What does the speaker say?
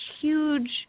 huge